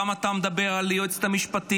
פעם אתה מדבר על היועצת המשפטית,